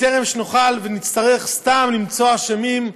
בטרם נצטרך סתם למצוא אשמים.